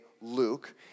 Luke